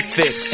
fix